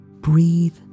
breathe